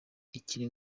ikiri